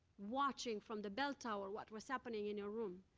watching from the bell tower what was happening in your room.